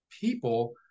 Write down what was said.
people